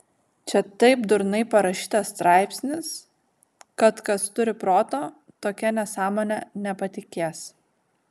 čia taip durnai parašytas straipsnis kad kas turi proto tokia nesąmone nepatikės